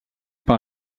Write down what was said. par